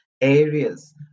areas